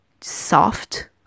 soft